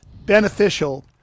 Beneficial